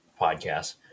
podcast